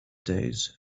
days